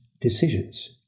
decisions